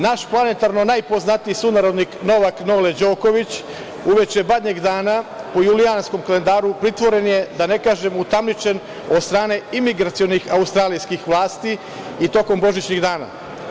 Naš planetarno najpoznatiji sunarodnik Novak Nole Đoković, uoči Badnjeg dana, u Julijanskom kalendaru pritvoren je, da ne kažem utamničen od strane imigracionih Australijskih vlasti, i tokom Božićnih dana.